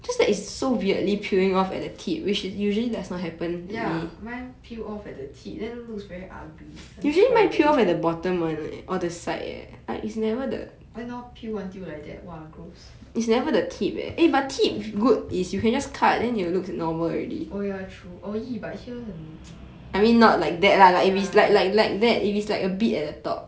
ya mine peel off at the tip then looks very ugly 很丑 leh why now peel until like that !wah! gross oh ya true oh !ee! but here 很 ya